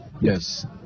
Yes